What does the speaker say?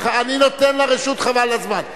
נדון בהעלאת גיל הפרישה ל-67.